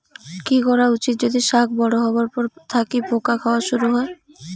কি করা উচিৎ যদি শাক বড়ো হবার পর থাকি পোকা খাওয়া শুরু হয়?